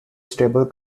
stable